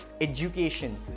education